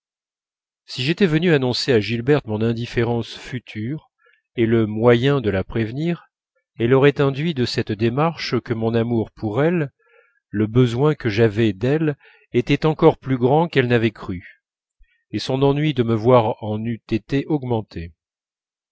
si j'étais venu annoncer à gilberte mon indifférence future et le moyen de la prévenir elle aurait induit de cette démarche que mon amour pour elle le besoin que j'avais d'elle étaient encore plus grands qu'elle n'avait cru et son ennui de me voir en eût été